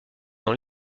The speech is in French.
dans